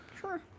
Sure